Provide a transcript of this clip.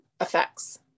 effects